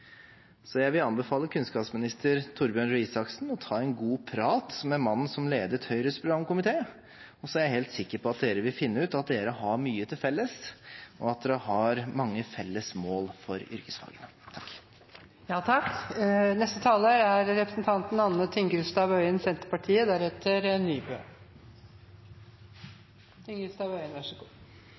Så jeg vil anbefale kunnskapsminister Torbjørn Røe Isaksen å ta en god prat med mannen som ledet Høyres programkomité, og så er jeg helt sikker på at dere vil finne ut at dere har mye til felles, og at dere har mange felles mål for yrkesfagene. La meg begynne med å si at det er